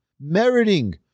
meriting